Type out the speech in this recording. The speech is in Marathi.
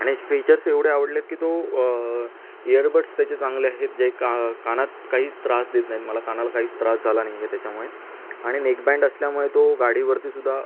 आणि याचे फिचर्स एवढे आवडले आहेत की तो इअरबड्स त्याचे चांगले आहेत जे का कानात काहीच त्रास देत नाहीत मला कानाला काहीच त्रास झाला नाही आहे त्याच्यामुळे आणि नेकबँड असल्यामुळे तो गाडीवरतीसुद्दा